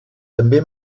també